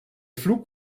flug